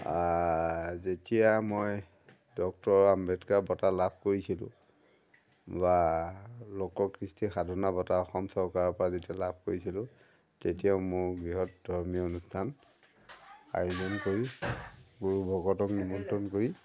যেতিয়া মই ডক্টৰ আম্বেদকাৰ বটা লাভ কৰিছিলোঁ বা লোক কৃষ্টি সাধনা বঁটা অসম চৰকাৰৰ পৰা যেতিয়া লাভ কৰিছিলোঁ তেতিয়াও মোৰ বৃহৎ ধৰ্মীয় অনুষ্ঠান আয়োজন কৰি গুৰু ভকতক নিমন্ত্ৰণ কৰি